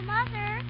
Mother